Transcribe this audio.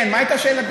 כן, מה הייתה שאלתך,